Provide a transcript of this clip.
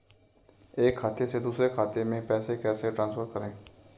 एक खाते से दूसरे खाते में पैसे कैसे ट्रांसफर करें?